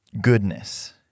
goodness